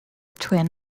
twin